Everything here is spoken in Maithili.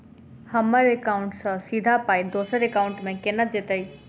हम्मर एकाउन्ट सँ सीधा पाई दोसर एकाउंट मे केना जेतय?